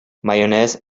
mayonnaise